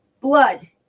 Blood